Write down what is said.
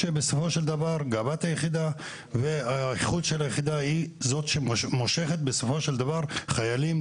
שבסופו של דבר גאוות היחידה ואיכות היחידה מושכת בסופו של דבר חיילים,